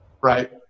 right